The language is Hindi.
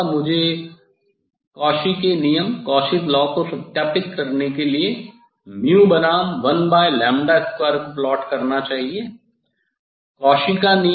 इसके अलावा मुझे कॉची के नियम Cauchys law को सत्यापित करने के लिए बनाम 12को प्लॉट करना चाहिए